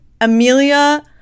Amelia